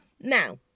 Now